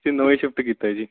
ਅਸੀਂ ਨਵਾਂ ਹੀ ਸ਼ਿਫਟ ਕੀਤਾ ਏ ਜੀ